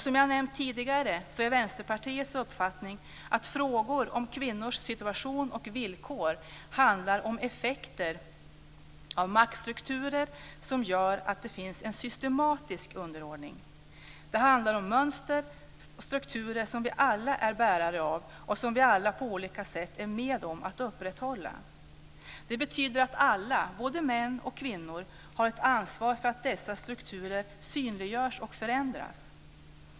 Som jag nämnt tidigare är Vänsterpartiets uppfattning att frågor om kvinnors situation och villkor handlar om effekter av maktstrukturer som gör att det finns en systematisk underordning. Det handlar om mönster och strukturer som vi alla är bärare av och som vi alla på olika sätt är med om att upprätthålla. Det betyder att alla - både män och kvinnor - har ett ansvar för att dessa strukturer synliggörs och förändras.